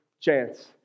chance